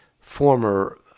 former